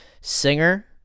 singer